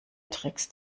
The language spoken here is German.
tricks